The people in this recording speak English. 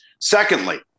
Secondly